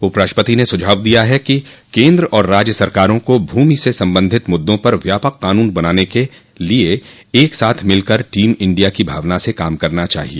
उपराष्ट्रपति ने सुझाव दिया है कि केन्द्र और राज्य सरकारों को भूमि से संबंधित मुद्दों पर व्यापक कानून बनाने के लिए एक साथ मिलकर टीम इंडिया की भावना से काम करना चाहिए